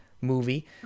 movie